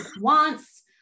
wants